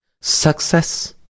success